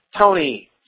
Tony